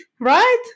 Right